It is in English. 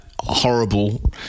horrible